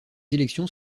élections